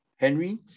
Henry